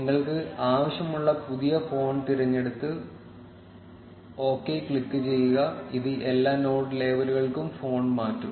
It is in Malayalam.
നിങ്ങൾക്ക് ആവശ്യമുള്ള പുതിയ ഫോണ്ട് തിരഞ്ഞെടുത്ത് ഒകെ ക്ലിക്കുചെയ്യുക ഇത് എല്ലാ നോഡ് ലേബലുകൾക്കും ഫോണ്ട് മാറ്റും